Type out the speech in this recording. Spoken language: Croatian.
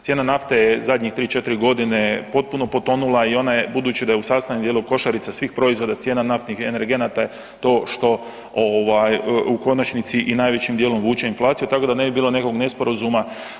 Cijena nafte je zadnjih 3, 4 godine potpuno potonula i ona je, budući da je u sastavnom dijelu košarice svih proizvoda, cijena naftnih energenata je to što u konačnici i najvećim dijelom vuče inflaciju, tako da ne bi bilo nekog nesporazuma.